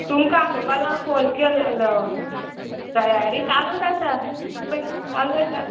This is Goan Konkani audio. तुमकां आपोवपा लागोन फोन केलेलो तयारी चालूच आसा इपय चालू आसा